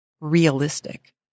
realistic